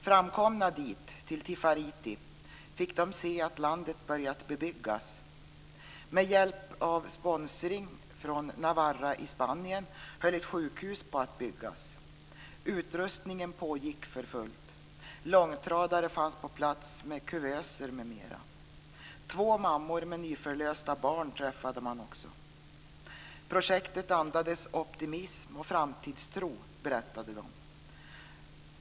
Framkomna dit, till Tifariti, fick de se att landet börjat bebyggas. Med hjälp av sponsring från Navarra i Spanien höll man på att bygga ett sjukhus. Utrustning av sjukhuset pågick för fullt. Långtradare fanns på plats med kuvöser m.m. Två mammor med nyförlösta barn träffade de också. Projektet andades optimism och framtidstro, berättade de.